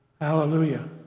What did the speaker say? Hallelujah